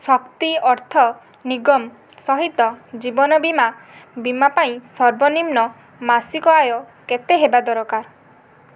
ଶକ୍ତି ଅର୍ଥ ନିଗମ ସହିତ ଜୀବନ ବୀମା ବୀମା ପାଇଁ ସର୍ବନିମ୍ନ ମାସିକ ଆୟ କେତେ ହେବା ଦରକାର